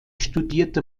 studierte